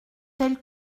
tel